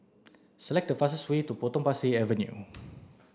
select the fastest way to Potong Pasir Avenue